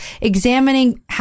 examining